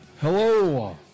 Hello